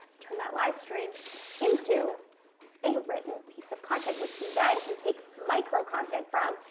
turn that livestream into a written piece of content, which you then can take micro-content from,